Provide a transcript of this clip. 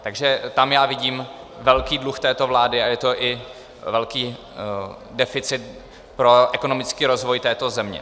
Takže tam já vidím velký druh této vlády a je to i velký deficit pro ekonomický rozvoj této země.